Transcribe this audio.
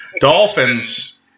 Dolphins